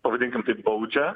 pavadinkim taip baudžia